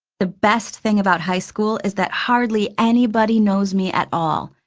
the best thing about high school is that hardly anybody knows me at all.